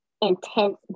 intense